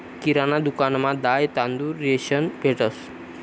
किराणा दुकानमा दाय, तांदूय, रेशन भेटंस